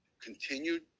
continued